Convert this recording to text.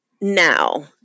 Now